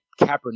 Kaepernick